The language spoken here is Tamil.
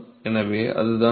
எனவே அதுதான் ஃப்ளக்ஸ்